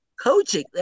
Coaching